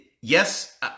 yes